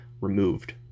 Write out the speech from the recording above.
removed